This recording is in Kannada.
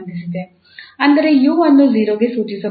ಅಂದರೆ 𝑢 ಅನ್ನು 0 ಕ್ಕೆ ಸೂಚಿಸಬೇಕು